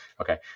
okay